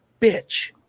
bitch